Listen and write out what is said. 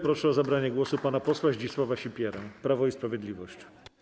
Proszę o zabranie głosu pana posła Zdzisława Sipierę, Prawo i Sprawiedliwość.